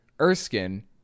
Erskine